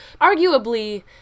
arguably